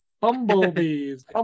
bumblebees